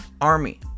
army